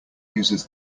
uses